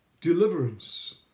deliverance